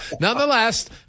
Nonetheless